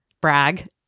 Brag